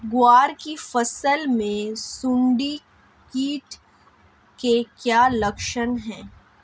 ग्वार की फसल में सुंडी कीट के क्या लक्षण है?